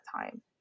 time